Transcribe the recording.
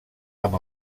amb